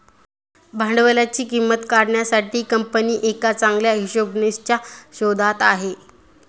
भांडवलाची किंमत काढण्यासाठी कंपनी एका चांगल्या हिशोबनीसच्या शोधात आहे